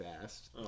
fast